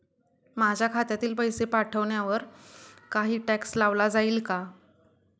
माझ्या खात्यातील पैसे पाठवण्यावर काही टॅक्स लावला जाईल का?